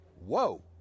Whoa